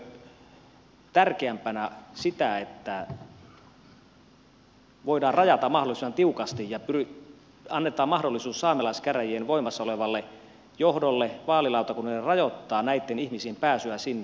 pidättekö tärkeämpänä sitä että voidaan rajata mahdollisimman tiukasti ja annetaan mahdollisuus saamelaiskäräjien voimassa olevalle johdolle ja vaalilautakunnalle rajoittaa näitten ihmisten pääsyä sinne